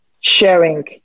Sharing